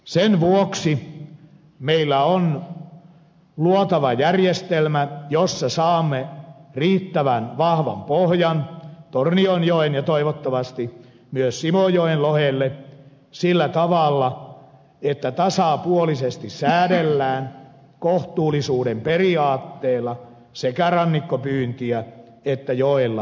sen vuoksi meidän on luotava järjestelmä jossa saamme riittävän vahvan pohjan tornionjoen ja toivottavasti myös simojoen lohelle sillä tavalla että tasapuolisesti säädellään kohtuullisuuden periaatteella sekä rannikkopyyntiä että joella tapahtuvaa pyyntiä